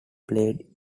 played